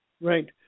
Right